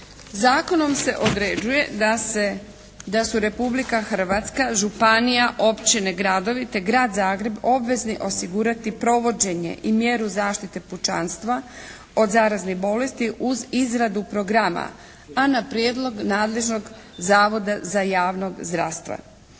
Zakonom se određuje da su Republika Hrvatska, županija, općine, gradovi, te Grad Zagreb obvezni osigurati provođenje i mjeru zaštite pučanstva od zaraznih bolesti uz izradu programa, a na prijedlog nadležnog zavoda za javno zdravstvo.